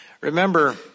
Remember